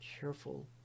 careful